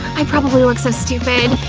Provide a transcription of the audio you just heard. i probably look so stupid.